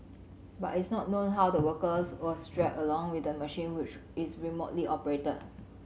but it's not known how the workers was dragged along with the machine which is remotely operated